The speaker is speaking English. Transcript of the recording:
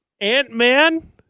Ant-Man